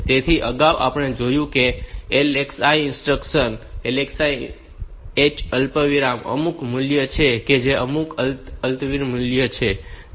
તેથી અગાઉ આપણે જોયું કે LXI ઇન્સ્ટ્રક્શન LXI H અલ્પવિરામ અમુક મૂલ્ય છે જે અમુક ત્વરિત મૂલ્ય છે